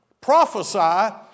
prophesy